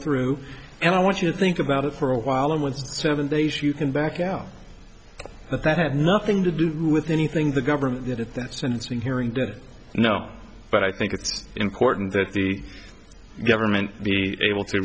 through and i want you to think about it for a while i'm with seven they should you can back out but that had nothing to do with anything the government did at that sentencing hearing that you know but i think it's important that the government be able to